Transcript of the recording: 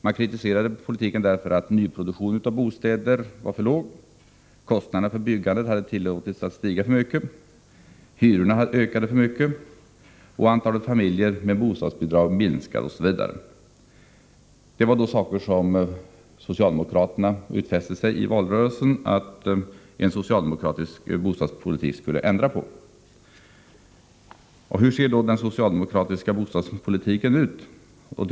Man kritiserade deras politik, därför att nyproduktionen av bostäder var för liten. Kostnaderna för byggandet hade tillåtits stiga för mycket. Hyrorna ökade för mycket. Antalet familjer med bostadsbidrag minskade osv. Dessa förhållanden utfäste sig socialdemokraterna i valrörelsen att ändra på. Hur ser då den nuvarande socialdemokratiska bostadspolitiken ut?